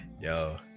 yo